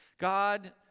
God